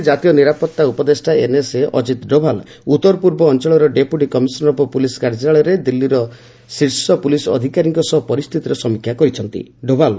ଗତକାଲି ରାତିରେ କାତୀୟ ନିରାପତ୍ତା ଉପଦେଷ୍ଟା ଏନ୍ଏସ୍ଏ ଅକିତ୍ ଡୋଭାଲ ଉତ୍ତର ପୂର୍ବ ଅଞ୍ଚଳର ଡେପୁଟୀ କମିଶନର ଅଫ୍ ପୁଲିସ କାର୍ଯ୍ୟାଳୟରେ ଦିଲ୍ଲୀର ଶୀର୍ଷ ପୁଲିସ ଅଧିକାରୀଙ୍କ ସହ ପରିସ୍ଥିତିର ସମୀକ୍ଷା କରିଛନ୍ତି